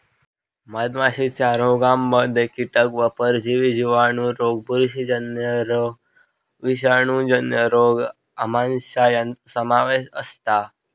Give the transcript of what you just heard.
मधमाशीच्या रोगांमध्ये कीटक आणि परजीवी जिवाणू रोग बुरशीजन्य रोग विषाणूजन्य रोग आमांश यांचो समावेश असता